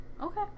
Okay